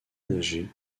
nager